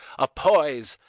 a poise,